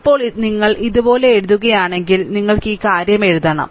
E പ്പോൾ നി ങ്ങ ൾ ഇതു പോലെ എ ഴു തു കയാ ണെ ങ്കി ൽ നി ങ്ങ ൾ ഈ കാര്യം എഴുതണം